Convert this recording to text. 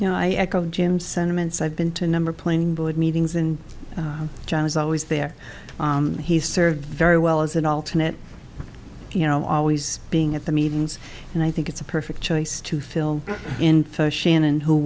know i echo jim sentiments i've been to a number plane board meetings and john was always there he served very well as an alternate you know always being at the meetings and i think it's a perfect choice to fill in for shannon who